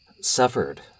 suffered